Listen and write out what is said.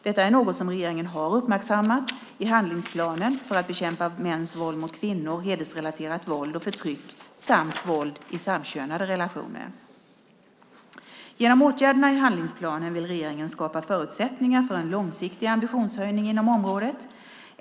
Detta är något som regeringen har uppmärksammat i handlingsplanen för att bekämpa mäns våld mot kvinnor, hedersrelaterat våld och förtryck samt våld i samkönade relationer. Genom åtgärderna i handlingsplanen vill regeringen skapa förutsättningar för en långsiktig ambitionshöjning inom området.